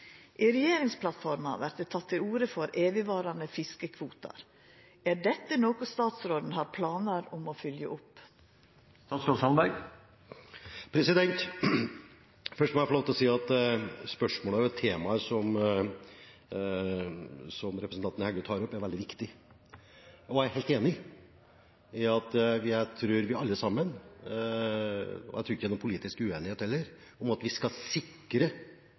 I regjeringsplattforma vert det tatt til orde for evigvarande fiskekvoter. Er dette noko statsråden har planer om å følgje opp?» Først må jeg få lov til å si at spørsmålet, det temaet som representanten Heggø tar opp, er veldig viktig. Jeg tror ikke det er noen politisk uenighet heller om at vi